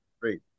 great